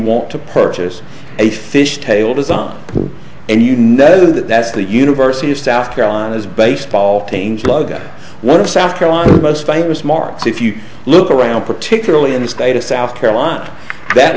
want to purchase a fishtail design and you'd know that that's the university of south carolina's baseball changelog one of south carolina most famous markets if you look around particularly in the state of south carolina that